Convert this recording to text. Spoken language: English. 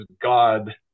God